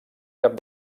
cap